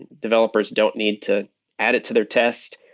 developers don't need to add it to their test.